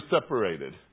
separated